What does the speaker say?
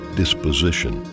disposition